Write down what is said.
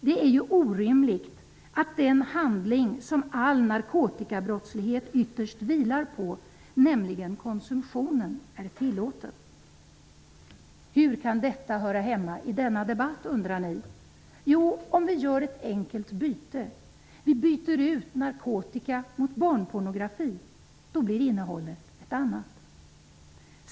Det är ju orimligt att den handling som all narkotikabrottslighet ytterst vilar på, nämligen konsumtionen är tillåten.'' Hur kan detta höra hemma i denna debatt? undrar ni. Jo, vi gör ett enkelt byte. Vi byter ut ordet narkotika mot barnpornografi. Då blir innehållet ett annat.